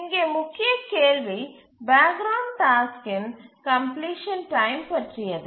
இங்கே முக்கிய கேள்வி பேக் கிரவுண்ட் டாஸ்க்கின் கம்ப்லிசன் டைம் பற்றியது